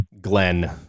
Glenn